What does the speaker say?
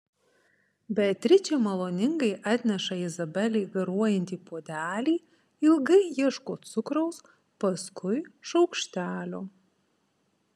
beatričė maloningai atneša izabelei garuojantį puodelį ilgai ieško cukraus paskui šaukštelio